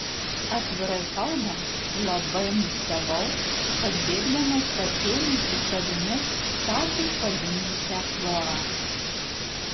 atvirai kalbant labai nustebau kad bėgdamas pasiėmė su savimi ką tik pagimdžiusią florą